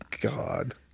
god